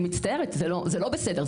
אני מצטערת, זה לא בסדר.